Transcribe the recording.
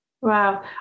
Wow